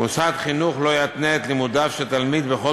מוסד חינוך לא יתנה את לימודיו של תלמיד בכל